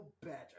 better